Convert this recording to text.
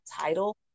title